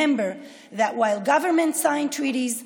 זכרו שאומנם ממשלות חותמות על הסכמים,